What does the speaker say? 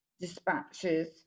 dispatches